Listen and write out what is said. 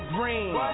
Green